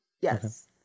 Yes